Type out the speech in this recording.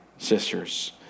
Sisters